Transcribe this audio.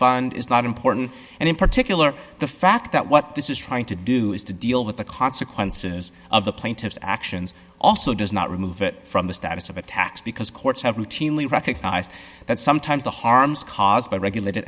fund is not important and in particular the fact that what this is trying to do is to deal with the consequences of the plaintiff's actions also does not remove it from the status of a tax because courts have routinely recognized that sometimes the harms caused by regulated